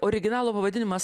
originalo pavadinimas